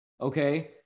okay